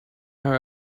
her